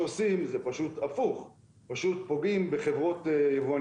אנחנו רוצים לחזק את היבואנים,